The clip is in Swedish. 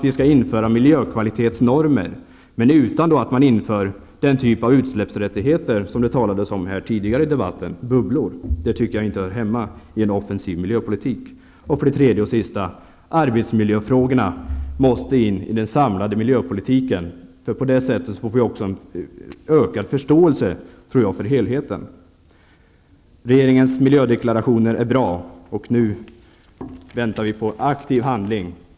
Vi skall införa miljökvalitetsnormer, men utan man inför den sortens utsläppsrättigheter som det talades om tidigare här i debatten -- bubblor. Det tycker jag inte hör hemma i en offensiv miljöpolitik. Arbetsmiljöfrågorna, till sist, måste in i den samlade miljöpolitiken. På det sättet får vi en ökad förståelse för helheten. Regeringens miljödeklarationer är bra. Nu väntar vi på aktiv handling.